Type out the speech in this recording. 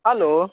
hello